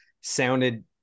sounded